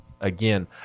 again